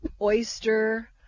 oyster